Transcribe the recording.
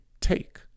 take